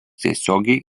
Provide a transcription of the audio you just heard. tiesiogiai